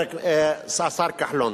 השר כחלון.